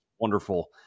wonderful